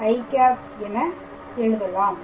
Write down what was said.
i என எழுதலாம்